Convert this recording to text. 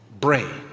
brain